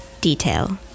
detail